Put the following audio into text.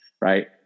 Right